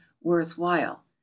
worthwhile